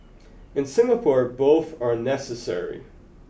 in Singapore both are necessary